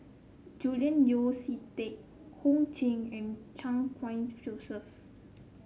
Julian Yeo See Teck Ho Ching and Chan Khun Joseph